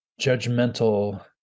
judgmental